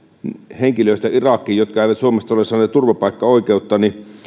henkilöistä jotka eivät suomesta ole saaneet turvapaikkaoikeutta niin